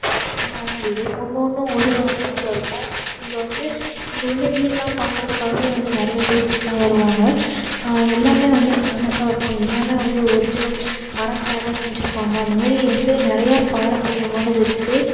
ஃபேமஸான வீடு ஒன்றும் ஒன்றும் ஒரு ஒரு அமைப்பில் இருக்கும் இங்கே வந்து இங்கே உள்ள வீடுலாம் பாக்கிறதுக்காகவே வந்து நிறைய டூரிஸ்ட்லாம் வருவாங்க எல்லாம் வந்து ஃபேமஸாக இருக்கும் எல்லாம் வந்து ஒரிஜினல் மரத்தால் செஞ்சுருப்பாங்க அந்த மாரி வந்து நிறையா பாரம்பரியமானது இருக்கு